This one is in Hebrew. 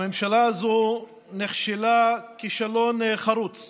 הממשלה הזו נכשלה כישלון חרוץ